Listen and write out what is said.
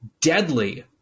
deadly